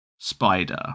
Spider